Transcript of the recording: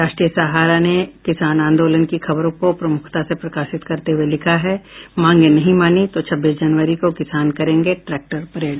राष्ट्रीय सहारा ने किसान आंदोलन की खबर को प्रमुखता से प्रकाशित करते हुये लिखा है मांगे नहीं मानी तो छब्बीस जनवरी को किसान निकालेंगे ट्रैक्टर परेड